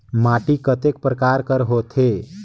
माटी कतेक परकार कर होथे?